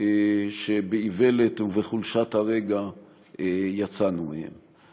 שבאיוולת ובחולשת הרגע יצאנו מהם.